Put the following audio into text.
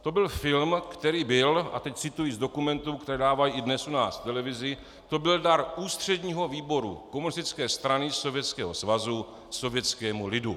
To byl film, který byl a teď cituji z dokumentů, které dávají i dnes u nás v televizi to byl dar Ústředního výboru Komunistické strany Sovětského svazu sovětskému lidu.